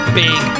big